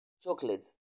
Chocolates